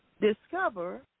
discover